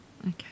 Okay